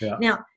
now